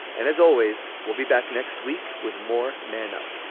and as always, we'll be back next week with more men up